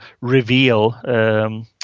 reveal